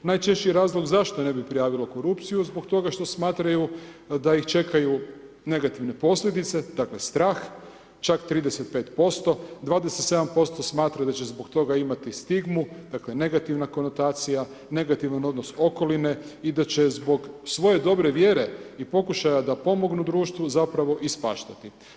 Najčešći razlog zašto je ne bi prijavilo korupciju, zbog toga što smatraju da ih čekaju negativne posljedice, dakle, strah, čak 35%, 27% smatraju da će zbog toga imati stigmu, dakle, negativnu konotacija, negativan odnos okoline i da će zbog svoje dobre vjere i pokušaja da pomognu društvu zapravo ispaštati.